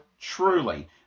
truly